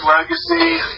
legacy